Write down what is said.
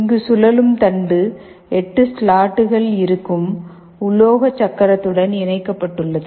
இங்கு சுழலும் தண்டு 8 ஸ்லாட்கள் இருக்கும் உலோக சக்கரத்துடன் இணைக்கப்பட்டுள்ளது